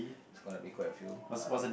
it's going be quite a few uh